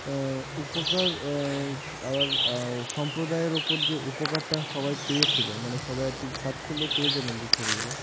উপকার আবার সম্প্রদায়ের ওপর যে উপকারটা সবাই পেয়েছিলো মানে সবাই আর কি সার্চ করলেই পেয়ে যাবেন যে ছবিগুলো